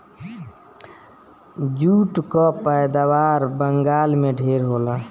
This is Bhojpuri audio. जूट कअ पैदावार बंगाल में ढेर होला